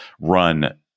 run